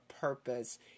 purpose